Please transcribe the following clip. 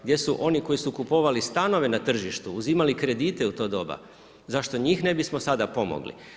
Gdje su oni koji su kupovali stanove na tržištu, uzimali kredite u to doba zašto njih ne bismo sada pomogli?